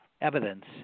evidence